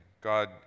God